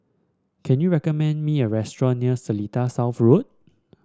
can you recommend me a restaurant near Seletar South Road